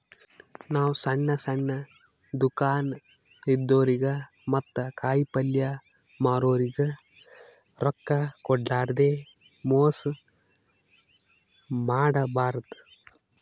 ನಾವ್ ಸಣ್ಣ್ ಸಣ್ಣ್ ದುಕಾನ್ ಇದ್ದೋರಿಗ ಮತ್ತ್ ಕಾಯಿಪಲ್ಯ ಮಾರೋರಿಗ್ ರೊಕ್ಕ ಕೋಡ್ಲಾರ್ದೆ ಮೋಸ್ ಮಾಡಬಾರ್ದ್